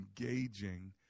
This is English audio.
engaging